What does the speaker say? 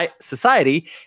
society